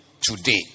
today